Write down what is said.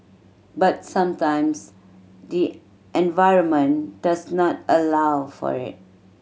but sometimes the environment does not allow for it